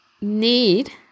need